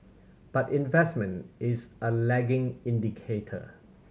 but investment is a lagging indicator